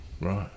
Right